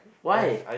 why